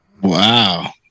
Wow